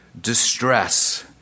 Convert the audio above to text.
distress